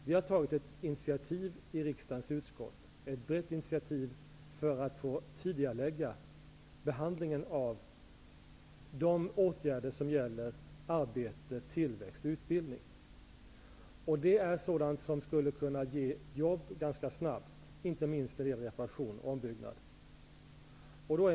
Vi har tagit ett initiativ i riksdagens utskott, ett brett initiativ för att få tidigarelägga behandlingen av de åtgärder som gäller arbete, tillväxt och utbildning. Det är sådant som skulle kunna ge jobb ganska snabbt, inte minst när det gäller reparation och ombyggnad.